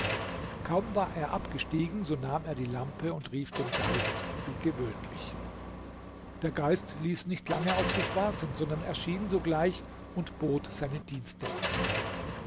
kaum war er abgestiegen so nahm er die lampe und rief den geist wie gewöhnlich der geist ließ nicht lange auf sich warten sondern erschien sogleich und bot seine dienste an